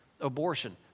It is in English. Abortion